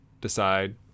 decide